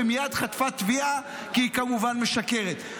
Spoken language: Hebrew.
ומייד חטפה תביעה כי היא כמובן משקרת.